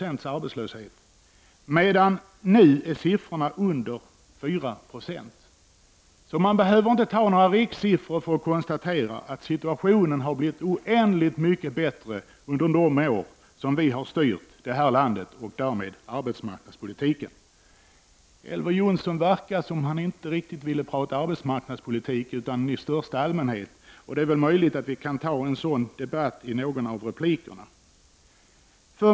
Nu är arbetslöshetssiffrorna nere i under 4 90. Man behöver inte ta rikssiffror för att konstatera att situationen har blivit oändligt mycket bättre under de år som vi har styrt det här landet och därmed arbetsmarknadspolitiken. Det verkar som Elver Jonsson inte riktigt vill tala om arbetsmarknadspolitik utan bara politik i största allmänhet. Det är väl möjligt att vi kan ha en sådan debatt i någon av replikerna.